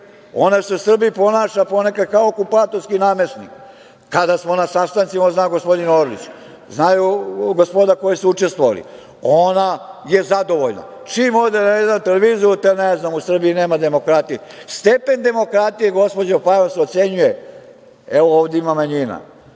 Ona se u Srbiji ponaša ponekad kao okupatorski namesnik. Kada smo na sastancima, zna gospodin Orlić, znaju gospoda koja su učestvovala, ona je zadovoljna. Čim ode na N1 televiziju, te, ne znam, u Srbiji nema demokratije. Stepen demokratije, gospođo Fajon, se ocenjuje, evo, ovde ima manjina,